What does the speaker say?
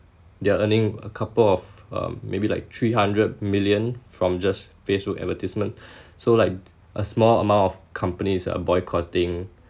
they are earning a couple of um maybe like three hundred million from just Facebook advertisement so like a small amount of companies are boycotting